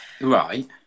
right